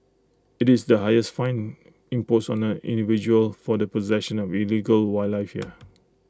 IT is the highest fine imposed on an individual for the possession of illegal wildlife here